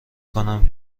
کنم